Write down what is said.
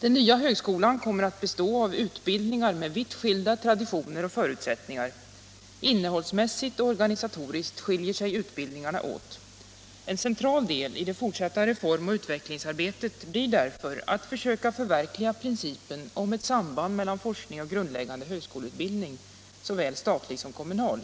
Den nya högskolan kommer att bestå av utbildningar med vitt skilda traditioner och förutsättningar. Innehållsmässigt och organisatoriskt skiljer sig utbildningarna åt. En central del i det fortsatta reform och utvecklingsarbetet blir därför att söka förverkliga principen om ett samband mellan forskning och grundläggande högskoleutbildning, såväl statlig som kommunal.